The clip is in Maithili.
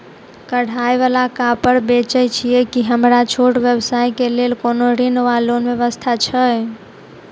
कढ़ाई वला कापड़ बेचै छीयै की हमरा छोट व्यवसाय केँ लेल कोनो ऋण वा लोन व्यवस्था छै?